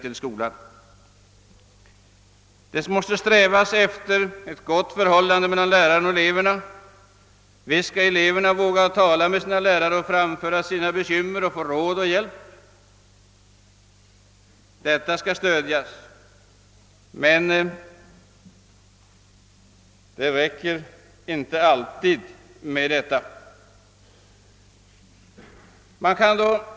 Visst skall vi sträva efter ett gott förhållande mellan lärare och elever, visst skall eleverna våga tala med sina lärare, framföra sina bekymmer och få råd och hjälp. Sådana företeelser skall stödjas, men de är inte alltid tillräckliga.